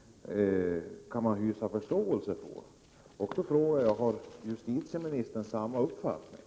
Har justitieministern samma uppfattning som utskottet i det avseendet?